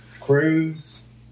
cruise